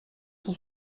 cent